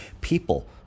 People